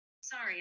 Sorry